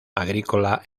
agrícola